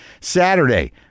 Saturday